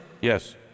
Yes